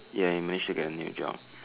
ya he managed to get a new job